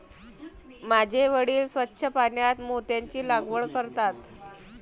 माझे वडील स्वच्छ पाण्यात मोत्यांची लागवड करतात